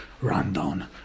rundown